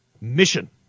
mission